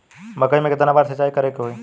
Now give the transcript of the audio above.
मकई में केतना बार सिंचाई करे के होई?